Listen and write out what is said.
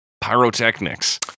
Pyrotechnics